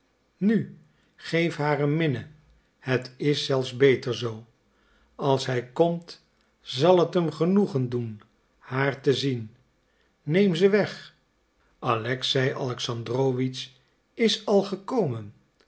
nu geef haar een minne het is zelfs beter zoo als hij komt zal het hem genoegen doen haar te zien neem ze weg alexei alexandrowitsch is al gekomen